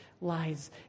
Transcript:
lies